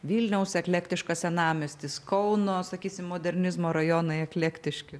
vilniaus eklektiškas senamiestis kauno sakysim modernizmo rajonai eklektiški